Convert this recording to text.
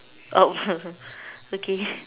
okay